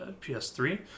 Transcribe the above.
ps3